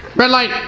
red light.